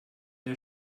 der